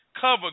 cover